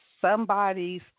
somebody's